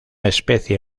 especie